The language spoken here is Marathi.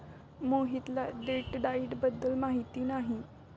मोहितला डेट डाइट बद्दल माहिती नाही